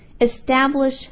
Establish